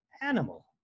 Animal